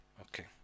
Okay